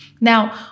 Now